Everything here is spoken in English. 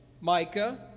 Micah